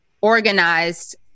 organized